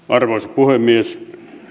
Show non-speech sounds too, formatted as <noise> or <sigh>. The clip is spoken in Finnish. <unintelligible> arvoisa puhemies